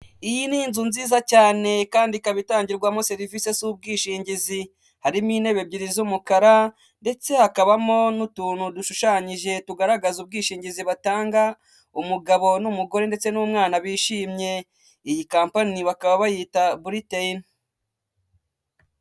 Iyi ni inzu nziza cyane kandi ikaba itangirwamo serivisi z'ubwishingizi, harimo intebe ebyiri z'umukara, ndetse hakabamo n'utuntu dushushanyije tugaragaza ubwishingizi batanga, umugabo n'umugore ndetse n'umwana bishimye, iyi kampani bakaba bayita Britam.